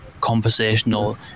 conversational